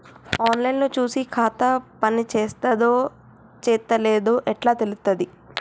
On line లో చూసి ఖాతా పనిచేత్తందో చేత్తలేదో ఎట్లా తెలుత్తది?